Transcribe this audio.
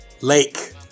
lake